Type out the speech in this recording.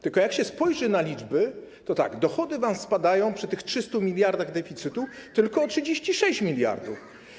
Tylko jak się spojrzy na liczby, to tak: dochody wam spadają przy tych 300 mld deficytu tylko o 36 mld.